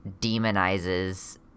demonizes